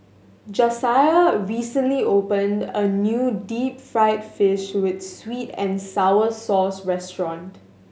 Jasiah recently opened a new deep fried fish with sweet and sour sauce restaurant